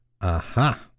Aha